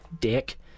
dick